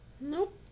Nope